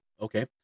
Okay